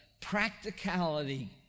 practicality